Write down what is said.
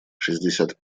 шестьдесят